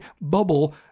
bubble